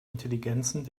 intelligenzen